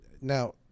now